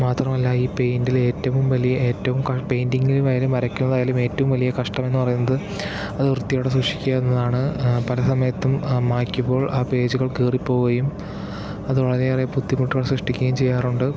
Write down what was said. മാത്രമല്ല ഈ പെയിന്റിൽ ഏറ്റവും വലിയ ഏറ്റവും ക പെയിന്റിങ്ങിൽ വരെ വരക്കുന്നതായാലും ഏറ്റവും വലിയ കഷ്ടം എന്ന് പറയുന്നത് അത് വൃത്തിയോടെ സൂക്ഷിക്കുക എന്നതാണ് പല സമയത്തും മായ്ക്കുമ്പോൾ ആ പേജുകൾ കീറി പോവുകയും അത് വളരെ ഏറെ ബുദ്ധിമുട്ടുകൾ സൃഷ്ടിക്കുകയും ചെയ്യാറുണ്ട്